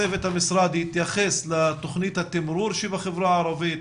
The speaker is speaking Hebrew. צוות המשרד התייחס לתוכנית התמרור בחברה הערבית.